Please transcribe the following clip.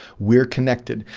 we're connected.